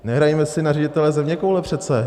Nehrajme si na ředitele zeměkoule přece!